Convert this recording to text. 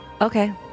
Okay